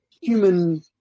human